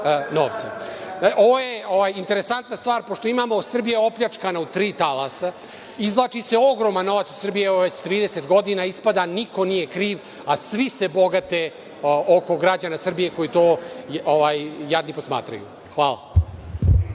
je interesantna stvar, pošto imamo, Srbija je opljačkana u tri talasa. Izvlači se ogroman novac iz Srbije, evo, već 30 godina. Ispada niko nije kriv, a svi se bogate oko građana Srbije koji to jadni posmatraju. Hvala.